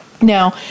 Now